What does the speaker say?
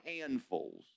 handfuls